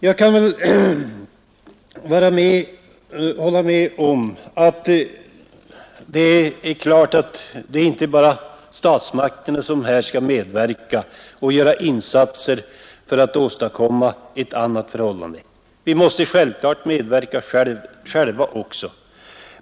Jag kan hålla med om att det självklart inte bara är statsmakterna som skall medverka och göra insatser för att åstadkomma ett annat förhållande, utan vi måste också själva medverka därtill.